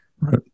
Right